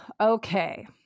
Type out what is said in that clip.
Okay